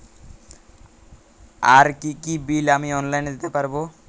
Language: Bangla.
আর কি কি বিল আমি অনলাইনে দিতে পারবো?